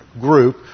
group